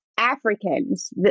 Africans